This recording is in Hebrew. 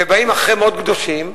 ובאים, אחרי מות קדושים,